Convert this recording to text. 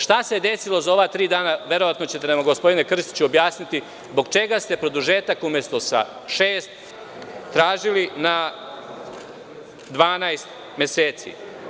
Šta se desilo za ova tri dana, verovatno ćete nam gospodine Krstiću objasniti zbog čega ste produžetak umesto sa šest tražili na 12 meseci?